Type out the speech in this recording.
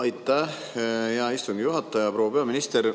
Aitäh, hea istungi juhataja! Proua peaminister,